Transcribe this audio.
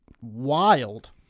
wild